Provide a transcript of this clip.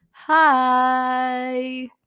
hi